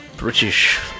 British